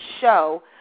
show